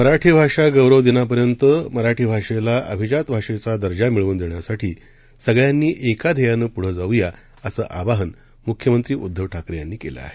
मराठी भाषा गौरव दिनापर्यंत मराठी भाषेला अभिजात भाषेचा दर्जा मिळवून देण्यासाठी सगळ्यांनी एका ध्येयानं पुढे जाऊ या असं आवाहन मुख्यमंत्री उद्दव ठाकरे यांनी केलं आहे